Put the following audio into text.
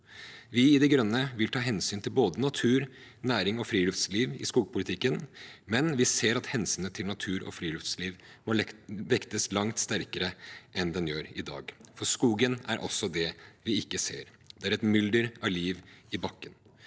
Vi i De Grønne vil ta hensyn til både natur, næring og friluftsliv i skogpolitikken, men vi ser at hensynet til natur og friluftsliv må vektes langt sterkere enn det gjøres i dag, for skogen er også det vi ikke ser. Det er et mylder av liv i bakken.